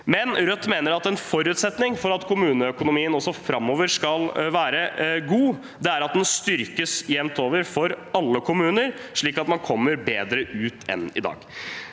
mener likevel at en forutsetning for at kommuneøkonomien også framover skal være god, er at den styrkes jevnt over for alle kommuner, slik at man kommer bedre ut enn i dag.